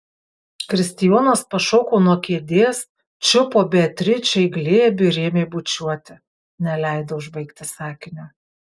kristijonas pašoko nuo kėdės čiupo beatričę į glėbį ir ėmė bučiuoti neleido užbaigti sakinio